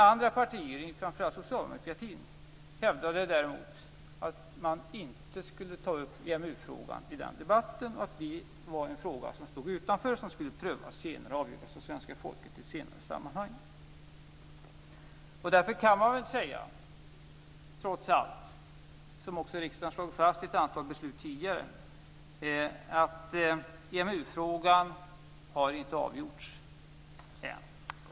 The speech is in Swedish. Andra partier, framför allt Socialdemokraterna, hävdade däremot att man inte skulle ta upp EMU-frågan i den debatten, att det var en fråga som stod utanför och som skulle prövas och avgöras av svenska folket i ett senare sammanhang. Därför kan man väl trots allt säga, som riksdagen också slog fast i ett antal beslut tidigare, att EMU-frågan inte har avgjorts än.